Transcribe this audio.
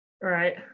Right